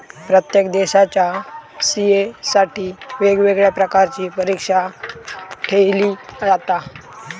प्रत्येक देशाच्या सी.ए साठी वेगवेगळ्या प्रकारची परीक्षा ठेयली जाता